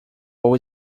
vou